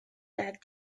that